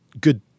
good